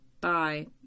Bye